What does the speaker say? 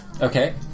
Okay